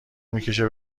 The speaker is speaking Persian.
میکشه